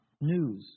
news